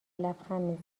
لبخند